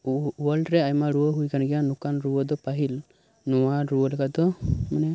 world ᱨᱮ ᱟᱭᱢᱟ ᱨᱩᱣᱟᱹ ᱦᱩᱭ ᱟᱠᱟᱱ ᱜᱮᱭᱟ ᱱᱚᱝᱠᱟᱱ ᱨᱩᱣᱟᱹ ᱫᱚ ᱯᱟᱹᱦᱤᱞ ᱱᱚᱣᱟ ᱨᱩᱣᱟᱹ ᱞᱮᱠᱟ ᱫᱚ ᱢᱟᱱᱮ